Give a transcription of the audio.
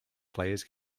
players